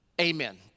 Amen